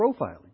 profiling